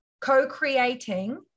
co-creating